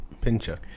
pincher